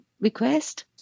request